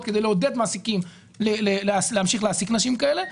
כדי לעודד מעסיקים להמשיך להעסיק נשים כאלה,